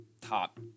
top